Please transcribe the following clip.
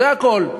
זה הכול.